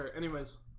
anyways